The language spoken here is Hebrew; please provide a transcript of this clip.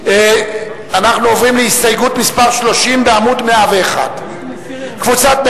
קבוצת חד"ש,